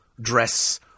dress